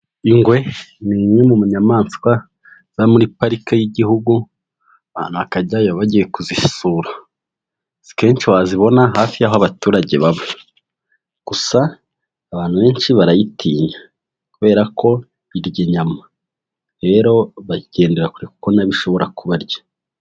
Ingwe ni imwe mu nyamaswa zo muri parike y'Igihugu. Abantu bakajyayo bagiye kuzisura, si kenshi wazibona hafi y'aho abaturage baba. Gusa abantu benshi barayitinya kubera ko irya nyayama, rero bagendera kure kuko nabo ishobora kubarya.